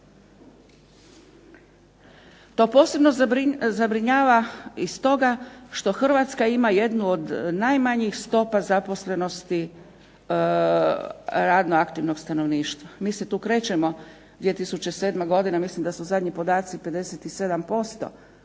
To posebno zabrinjava iz toga što Hrvatska ima jednu od najmanjih stopa zaposlenosti radno aktivnog stanovništva. Mi se tu krećemo, 2007. godina mislim da su zadnji podaci 57%.